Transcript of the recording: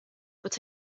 but